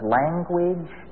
language